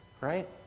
Right